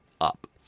up